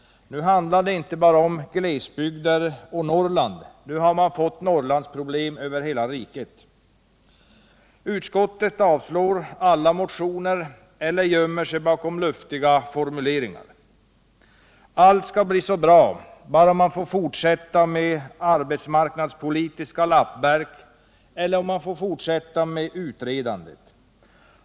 Nu handlar det inte bara om glesbygder och Norrland; nu har man 81 fått Norrlandsproblem över hela riket. Utskottet avstyrker alla motioner eller gömmer sig bakom luftiga formuleringar. Allt skall bli så bra bara man får fortsätta med arbetsmarknadspolitiska lappverk eller fortsätta med utredandet.